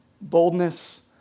boldness